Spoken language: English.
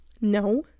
no